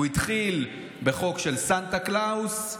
הוא התחיל בחוק של סנטה קלאוס,